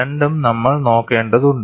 രണ്ടും നമ്മൾ നോക്കേണ്ടതുണ്ട്